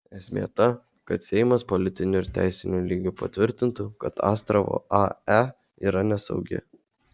esmė ta kad seimas politiniu ir teisiniu lygiu patvirtintų kad astravo ae yra nesaugi